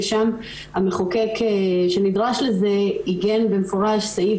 ששם המחוקק שנדרש לזה עיגן במפורש סעיף